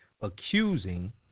accusing